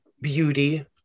beauty